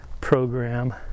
program